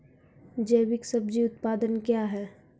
जैविक सब्जी उत्पादन क्या हैं?